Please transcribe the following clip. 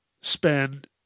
spend